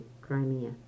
Crimea